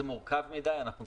זה מורכב מדי.